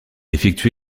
effectue